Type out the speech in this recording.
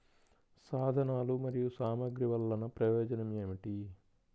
సాధనాలు మరియు సామగ్రి వల్లన ప్రయోజనం ఏమిటీ?